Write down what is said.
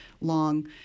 long